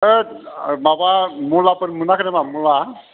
होद माबा मुलाफोर मोनाखै नामा मुला